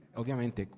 ovviamente